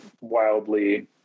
wildly